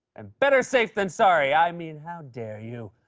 and better safe than sorry. i mean, how dare you?